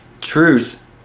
truth